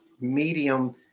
medium